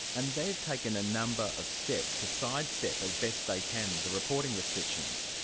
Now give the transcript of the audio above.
and they've taken a number of steps to sidestep, as best they can, the reporting restrictions.